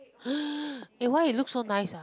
eh why you look so nice ah